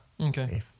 Okay